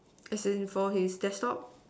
as in for his desktop